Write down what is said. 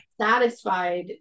satisfied